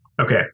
Okay